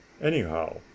anyhow